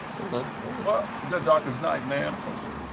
ah they're dark as night, man, of course they